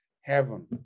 heaven